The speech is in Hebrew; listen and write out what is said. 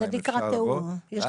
אנא, אבקש לבוא באוטובוס נגיש".